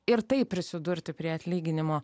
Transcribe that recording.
ir taip prisidurti prie atlyginimo